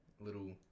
Little